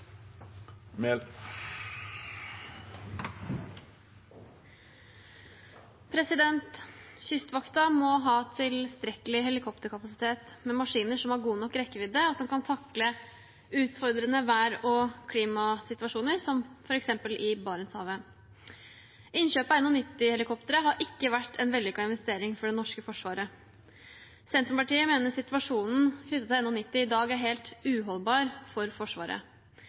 med saken. Kystvakten må ha tilstrekkelig helikopterkapasitet med maskiner som har god nok rekkevidde, og som kan takle utfordrende vær og klimasituasjoner, som f.eks. i Barentshavet. Innkjøpet av NH90-helikoptre har ikke vært en vellykket investering for det norske forsvaret. Senterpartiet mener at situasjonen knyttet til NH90 i dag er helt uholdbar for Forsvaret.